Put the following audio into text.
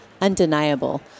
undeniable